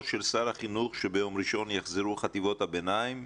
של שר החינוך שביום ראשון יחזרו חטיבות הביניים,